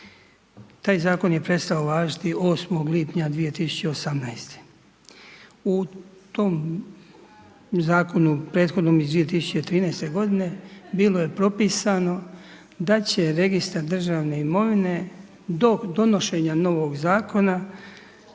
Taj zakon je prestao važiti 8 lipnja 2018. U tom zakonu, prethodnom iz 2013. bilo je propisano da će registar državne imovine do donošenja novog zakona